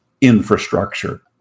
infrastructure